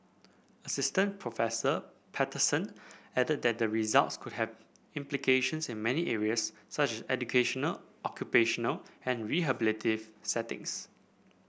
Assistant Prof Patterson added that the results could have implications in many areas such educational occupational and rehabilitative settings